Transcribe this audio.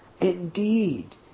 indeed